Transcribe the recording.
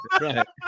right